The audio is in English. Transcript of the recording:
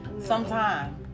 Sometime